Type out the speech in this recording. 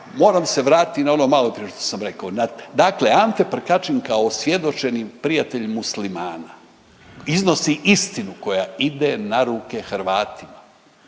moram se vratiti na ono malo prije što sam rekao. Dakle, Ante Prkačin kao osvjedočeni prijatelj Muslimana iznosi istinu koja ide na ruke Hrvatima,